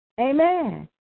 Amen